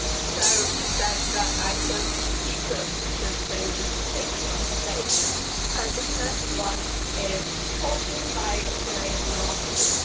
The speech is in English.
so she said that i could keep them, since they were just taking up space and the first one is holding by graham norton.